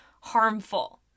harmful